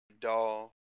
Doll